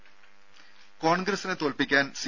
ദേദ കോൺഗ്രസിനെ തോൽപ്പിക്കാൻ സി